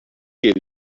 you